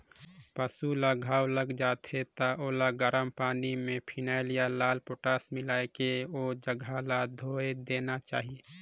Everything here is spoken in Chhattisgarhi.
पसु ल घांव लग जाथे त ओला गरम पानी में फिनाइल या लाल पोटास मिलायके ओ जघा ल धोय देना चाही